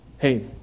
Hey